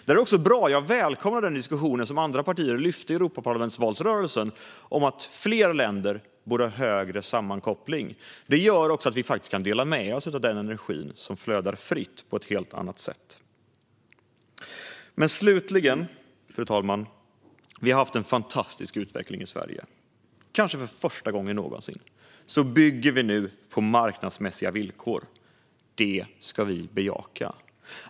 Här välkomnar jag den diskussion som andra partier lyfte i Europaparlamentsvalrörelsen om att fler länder borde ha högre sammankoppling. Det gör att vi kan dela med oss av den energi som flödar fritt på ett helt annat sätt. Slutligen, fru talman: Vi har haft en fantastisk utveckling i Sverige. Kanske för första gången någonsin bygger vi nu på marknadsmässiga villkor. Det ska vi bejaka.